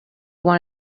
one